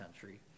country